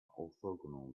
orthogonal